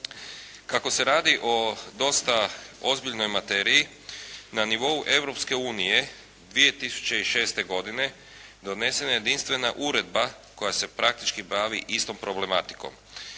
Kako se radi o dosta ozbiljnoj materiji na nivou Europske unije 2006. godine donesena je jedinstvena uredba koja se praktički bavi istom problematikom.